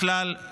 בכלל,